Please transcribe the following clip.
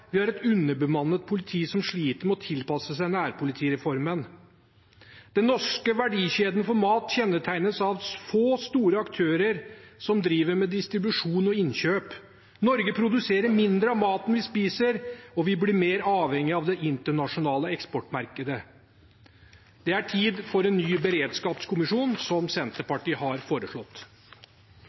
Vi har et underbemannet politi, som sliter med å tilpasse seg nærpolitireformen. Den norske verdikjeden for mat kjennetegnes av få, store aktører som driver med distribusjon og innkjøp. Norge produserer mindre av maten vi spiser, og vi blir mer avhengig av det internasjonale eksportmarkedet. Det er tid for en ny beredskapskommisjon, som Senterpartiet har foreslått.